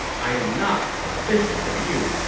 i am not suspicious of you.